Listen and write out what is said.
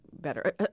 better